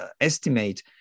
estimate